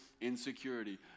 insecurity